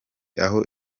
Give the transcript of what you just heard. aho